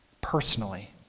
personally